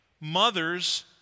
Mothers